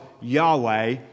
Yahweh